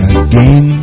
again